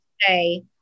say